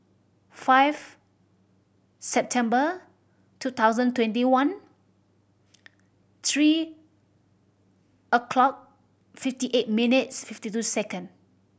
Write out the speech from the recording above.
five September two thousand twenty one three o'clock fifty eight minutes fifty two second